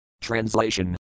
Translation